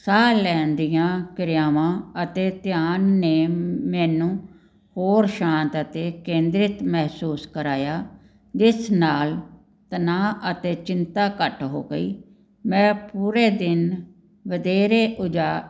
ਸਾਹ ਲੈਣ ਦੀਆਂ ਕਿਰਿਆਵਾਂ ਅਤੇ ਧਿਆਨ ਨੇ ਮੈਨੂੰ ਹੋਰ ਸ਼ਾਂਤ ਅਤੇ ਕੇਂਦਰਿਤ ਮਹਿਸੂਸ ਕਰਾਇਆ ਜਿਸ ਨਾਲ ਤਣਾਅ ਅਤੇ ਚਿੰਤਾ ਘੱਟ ਹੋ ਗਈ ਮੈਂ ਪੂਰੇ ਦਿਨ ਵਧੇਰੇ ਉਜਾ